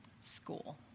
school